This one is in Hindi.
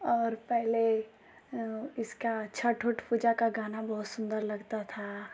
और पहले इसका छठ उठ पूजा का गाना बहुत सुंदर लगता था